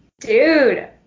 Dude